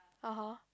(aha)